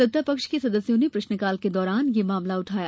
सत्तापक्ष के सदस्यों ने प्रश्नकाल के दौरान यह मामला उठाया